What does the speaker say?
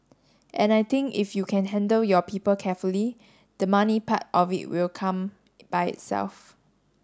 and I think if you can handle your people carefully the money part of it will come by itself